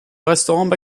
restaurants